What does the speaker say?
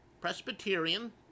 Presbyterian